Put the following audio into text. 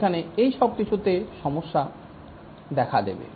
এখানে এই সবকিছুতে সমস্যা দেখা দেবে